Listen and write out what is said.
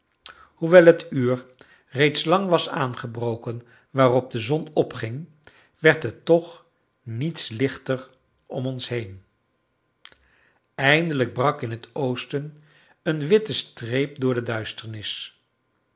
hoewel het uur reeds lang was aangebroken waarop de zon opging werd het toch niets lichter om ons heen eindelijk brak in het oosten een witte streep door de duisternis